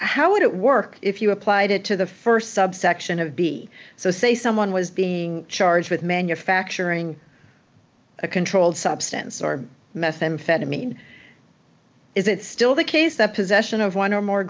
how would it work if you applied it to the st subsection of be so say someone was being charged with manufacturing a controlled substance or methamphetamine is it still the case that possession of one or more